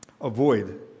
Avoid